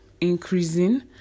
increasing